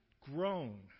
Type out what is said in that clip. grown